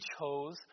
chose